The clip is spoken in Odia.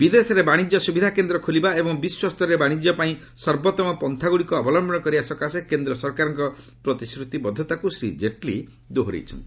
ବିଦେଶରେ ବାଣିଜ୍ୟ ସୁବିଧା କେନ୍ଦ୍ର ଖୋଲିବା ଏବଂ ବିଶ୍ୱସ୍ତରରେ ବାଣିଜ୍ୟ ପାଇଁ ସର୍ବୋଉମ ପନ୍ଥାଗୁଡ଼ିକ ଅବଲମ୍ପନ କରିବା ସକାଶେ କେନ୍ଦ୍ର ସରକାରଙ୍କ ପ୍ରତିଶ୍ରୁତିବଦ୍ଧତାକୁ ଶ୍ରୀ ଜେଟଲୀ ଦୋହରାଇଛନ୍ତି